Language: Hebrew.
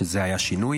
וזה היה שינוי.